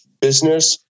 business